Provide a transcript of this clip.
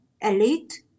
elite